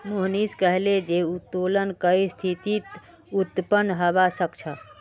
मोहनीश कहले जे उत्तोलन कई स्थितित उत्पन्न हबा सख छ